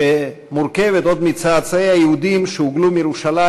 שמורכבת עוד מצאצאי היהודים שהוגלו מירושלים